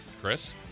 Chris